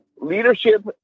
leadership